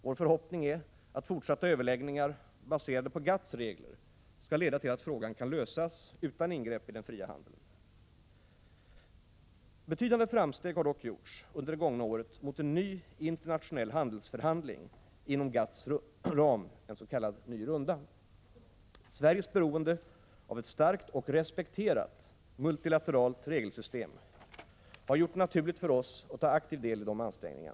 Vår förhoppning är att fortsatta överläggningar, baserade på GATT:s regler, skall leda till att frågan kan lösas utan ingrepp i den fria handeln. Betydande framsteg har dock gjorts under det gångna året mot en ny internationell handelsförhandling inom GATT:s ram, en ny s.k. runda. Sveriges beroende av ett starkt och respekterat multilateralt regelsystem har gjort det naturligt för oss att ta aktiv del i dessa ansträngningar.